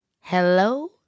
Hello